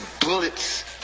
bullets